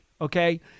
okay